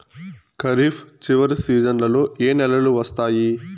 ఖరీఫ్ చివరి సీజన్లలో ఏ నెలలు వస్తాయి?